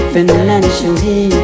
Financially